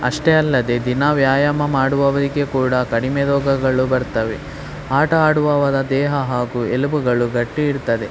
ಅಷ್ಟೇ ಅಲ್ಲದೆ ದಿನಾ ವ್ಯಾಯಾಮ ಮಾಡುವವರಿಗೆ ಕೂಡ ಕಡಿಮೆ ರೋಗಗಳು ಬರ್ತವೆ ಆಟ ಆಡುವವರ ದೇಹ ಹಾಗೂ ಎಲುಬುಗಳು ಗಟ್ಟಿ ಇರ್ತದೆ